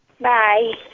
Bye